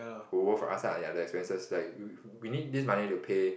who work us ah ya the expenses like we need this money to pay